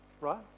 right